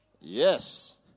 Yes